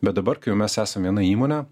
bet dabar kai jau mes esam viena įmonė